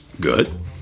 good